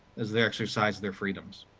as they exercise their freedoms.